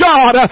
God